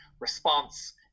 response